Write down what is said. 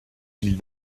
ville